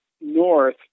north